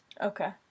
Okay